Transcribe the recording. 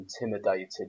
intimidated